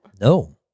No